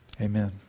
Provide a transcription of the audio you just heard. Amen